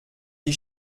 die